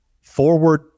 forward